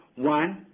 one,